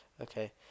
Okay